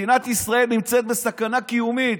מדינת ישראל נמצאת בסכנה קיומית.